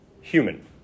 human